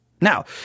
Now